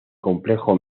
complejo